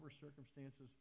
circumstances